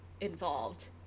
involved